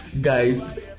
Guys